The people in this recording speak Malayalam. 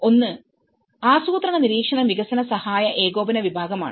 ഒന്ന് ആസൂത്രണ നിരീക്ഷണ വികസന സഹായ ഏകോപന വിഭാഗ നയമാണ്